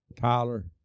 tyler